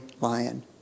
lion